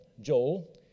Joel